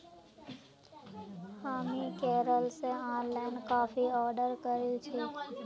हामी केरल स online coffee order करील छि